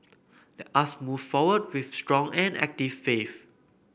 let us move forward with strong and active faith